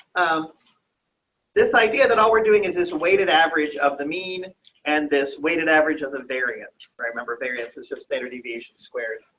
this idea that all we're doing is this a weighted average of the mean and this weighted average of the variance. right. remember variance is just standard deviation squared.